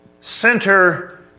center